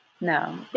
No